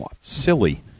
silly